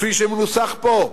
כפי שמנוסח פה,